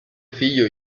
figlio